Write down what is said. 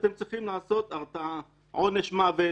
אתם צריכים לעשות הרתעה: עונש מוות,